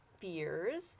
fears